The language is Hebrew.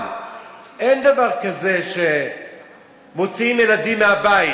אין דבר כזה שמוציאים ילדים מהבית.